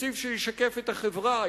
תקציב שישקף את החברה,